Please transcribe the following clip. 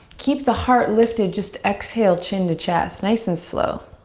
keep the heart lifted. just exhale chin to chest, nice and slow.